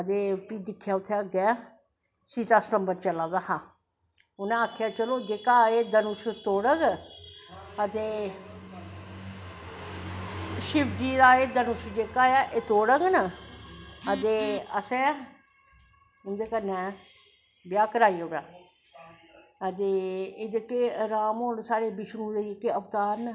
ते फ्ही दिक्खेआ उत्थें अग्गैं सीता स्यंवर चला दा हा उनैं आखेआ चलो जेह्ड़ा एह् धनुश तोड़ग ते शिवजी दी जेह्ड़ा एह् धनुश तोड़ग ना ते असैं उंदे कन्नैं ब्याह् कराई ओड़ना ते राम होर साढ़े जेह्के बिश्नू दे अवतार न एह्